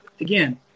again